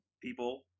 people